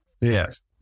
Yes